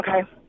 Okay